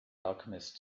alchemist